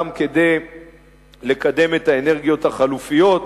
גם כדי לקדם את האנרגיות החלופיות,